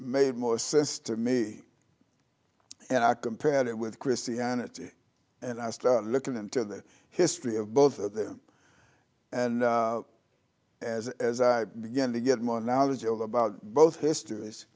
made more sense to me and i compared it with christianity and i start looking into the history of both of them and as as i begin to get more knowledgeable about both histories